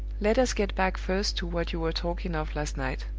let us get back first to what you were talking of last night.